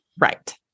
Right